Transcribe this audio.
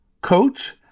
coach